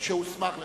שהוסמך לכך.